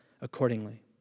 accordingly